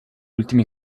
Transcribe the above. ultimi